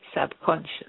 subconscious